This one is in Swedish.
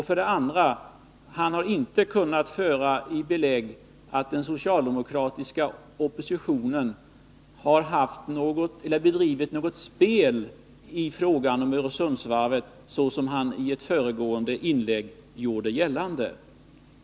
För det andra har han inte kunnat ge belägg för att den socialdemokratiska oppositionen bedrivit något spel i frågan om Öresundsvarvet, så som han i ett föregående inlägg gjorde gällande.